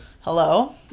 Hello